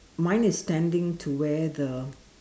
mine is standing to where the